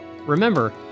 Remember